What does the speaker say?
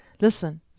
Listen